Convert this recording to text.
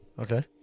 Okay